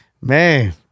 Man